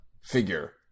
figure